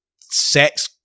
sex